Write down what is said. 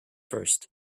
first